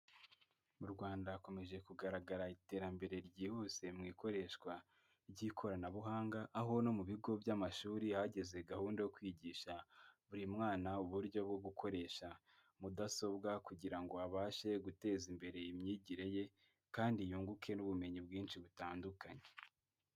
Mu Rwanda hakomeje kugaragara iterambere ryihuse mu ikoreshwa ry'ikoranabuhanga, aho no mu bigo by'amashuri hageze gahunda yo kwigisha buri mwana uburyo bwo gukoresha mudasobwa kugira ngo abashe guteza imbere imyigire ye kandi yunguke n'ubumenyi bwinshi butandukanye.